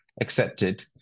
accepted